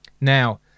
Now